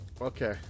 Okay